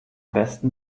besten